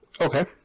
Okay